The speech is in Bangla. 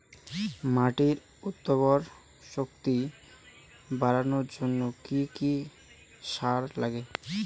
মাটির উর্বর শক্তি বাড়ানোর জন্য কি কি সার লাগে?